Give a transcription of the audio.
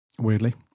weirdly